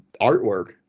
artwork